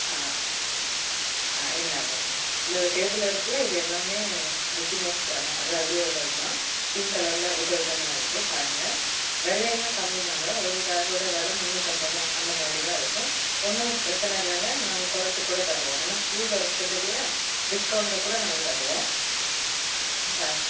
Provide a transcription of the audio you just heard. ஆ ஆ ஆ இந்தாங்க இந்தாங்க இந்த டேபிளில் இருக்கில்ல இது எல்லாமே மிக்கி மவுஸ் அது அதில் உள்ளது தான் பிங்க் கலரில் விதவிதமாக இருக்குது பாருங்க விலையெல்லாம் கம்மிதாங்க ஒரு பேக்கோடய விலை முந்நூற்றம்பது தான் அந்தமாதிரி தான் இருக்கும் ஒன்றும் பிரச்சின இல்லைங்க நாங்கள் குறைச்சிக் கூட தருவோம் ஏன்னால் ஸ்கூல் திறக்குறதில்லையா டிஸ்கவுண்டில் கூட நாங்கள் தருவோம் பேக்